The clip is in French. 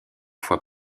fois